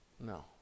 No